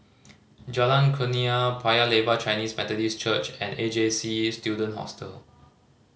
Jalan Kurnia Paya Lebar Chinese Methodist Church and A J C Student Hostel